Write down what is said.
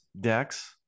decks